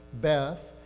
Beth